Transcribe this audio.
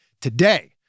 today